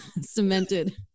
cemented